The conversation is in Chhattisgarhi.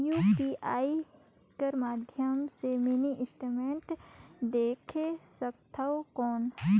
यू.पी.आई कर माध्यम से मिनी स्टेटमेंट देख सकथव कौन?